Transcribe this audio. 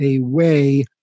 away